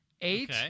Eight